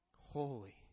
holy